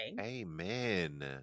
amen